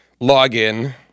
login